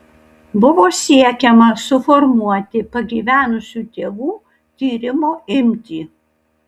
buvo siekiama suformuoti pagyvenusių tėvų tyrimo imtį